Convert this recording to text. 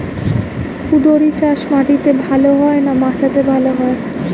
কুঁদরি চাষ মাটিতে ভালো হয় না মাচাতে ভালো হয়?